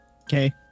Okay